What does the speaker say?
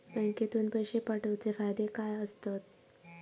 बँकेतून पैशे पाठवूचे फायदे काय असतत?